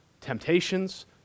temptations